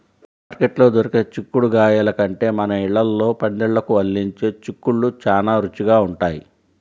మార్కెట్లో దొరికే చిక్కుడుగాయల కంటే మన ఇళ్ళల్లో పందిళ్ళకు అల్లించే చిక్కుళ్ళు చానా రుచిగా ఉంటయ్